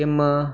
किं